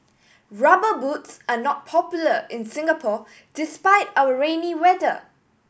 Rubber Boots are not popular in Singapore despite our rainy weather